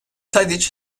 tadiç